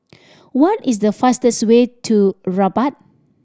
what is the fastest way to Rabat